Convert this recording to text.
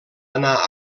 anar